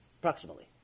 approximately